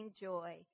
joy